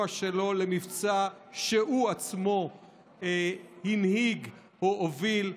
שלו למבצע שהוא עצמו הנהיג או הוביל,